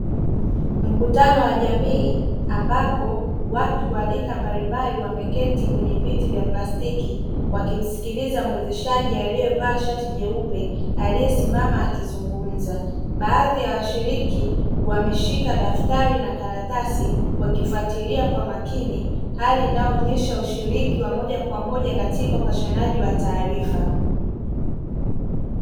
Mkutano wa jamii ambapo watu wa rika mbalimbali wameketi kwenye viti vya plastiki wakimsikiliza mwezeshaji alievaa shati jeupe aliesimama akizungumza. Baadhi ya washiriki wameshika daftari na karatasi wakifatilia kwa makini, hali inayoonesha ushiriki wa moja kwa moja katika upashanaji wa taarifa.